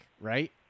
right